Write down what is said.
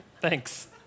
thanks